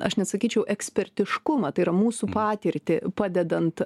aš nesakyčiau ekspertiškumą tai yra mūsų patirtį padedant